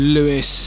Lewis